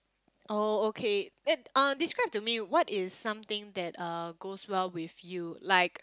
oh okay then uh describe to me what is something that uh goes well with you like